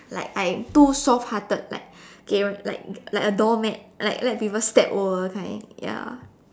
like I'm too soft hearted like 给人 like like a doormat like let people step over kind